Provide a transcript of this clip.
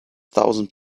thousand